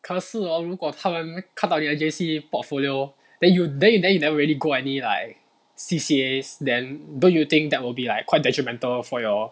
可是 hor 如果他们看到你的 J_C portfolio then you then you then you never really go any like C_C_A then don't you think that will be like quite detrimental for your